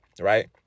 right